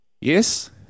Yes